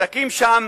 שתקים שם